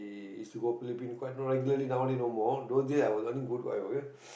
is we go Phillipines quite no regularly nowaday no more those day I was earn quite good quite a bit